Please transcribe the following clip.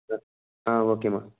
okay అమ్మ